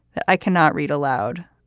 i cannot read aloud,